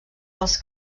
dels